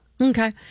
Okay